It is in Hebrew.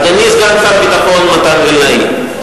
אדוני סגן שר הביטחון מתן וילנאי,